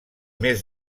més